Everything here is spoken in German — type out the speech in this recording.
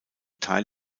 teil